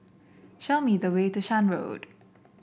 show me the way to Shan Road